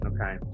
Okay